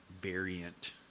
variant